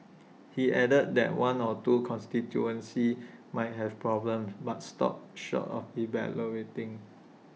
he added that one or two constituencies might have problems but stopped short of elaborating